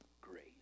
grace